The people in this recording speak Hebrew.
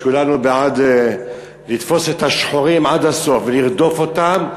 כולנו בעד לתפוס את השחורים עד הסוף ולרדוף אותם,